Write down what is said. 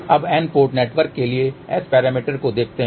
अब N port network के लिए S पैरामीटर्स को देखते हैं